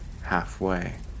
halfway